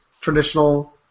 traditional